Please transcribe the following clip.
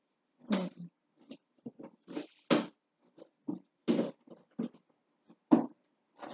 mm